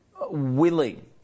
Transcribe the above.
willing